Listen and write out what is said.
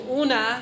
una